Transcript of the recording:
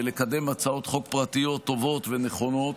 לקדם הצעות חוק פרטיות טובות ונכונות.